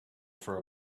for